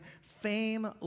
fame